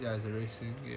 ya is a car racing